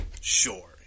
sure